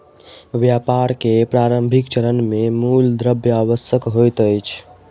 व्यापार के प्रारंभिक चरण मे मूल द्रव्य आवश्यक होइत अछि